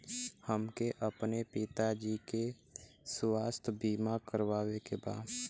हमके अपने पिता जी के स्वास्थ्य बीमा करवावे के बा?